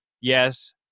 Yes